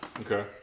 Okay